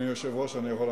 שזאת הפרשנות שלך.